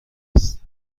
است